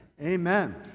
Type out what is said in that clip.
amen